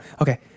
Okay